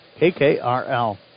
KKRL